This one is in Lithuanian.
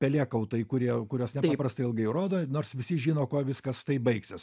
pelėkautai kurie kuriuos nepaprastai ilgai rodo nors visi žino kuo viskas tai baigsis